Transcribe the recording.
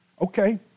Okay